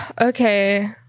okay